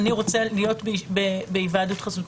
אני רוצה להיות בהיוועדות חזותית.